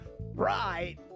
Right